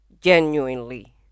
genuinely